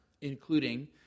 including